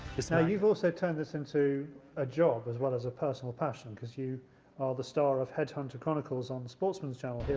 you know you have also turned this into a job as well as a personal passion as you are the star of headhunter chronicles on sportsman channel